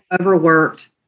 overworked